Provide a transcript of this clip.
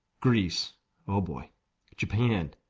greece oh boy japan,